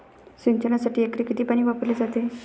सिंचनासाठी एकरी किती पाणी वापरले जाते?